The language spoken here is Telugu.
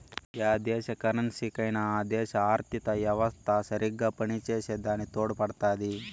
యా దేశ కరెన్సీకైనా ఆ దేశ ఆర్థిత యెవస్త సరిగ్గా పనిచేసే దాని తోడుపడుతాది